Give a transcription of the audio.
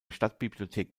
stadtbibliothek